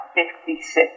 56%